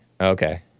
Okay